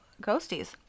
ghosties